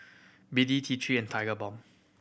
B D T Three and